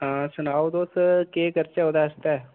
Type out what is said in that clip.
हां सनाओ तुस केह् करचै ओह्दे आस्तै